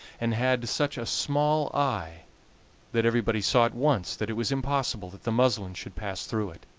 and had such a small eye that everybody saw at once that it was impossible that the muslin should pass through it.